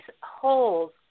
holes